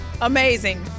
Amazing